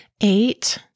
Eight